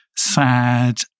sad